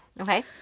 Okay